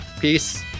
Peace